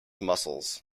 muscles